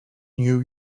new